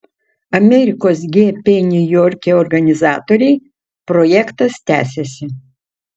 amerikos gp niujorke organizatoriai projektas tęsiasi